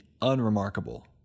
unremarkable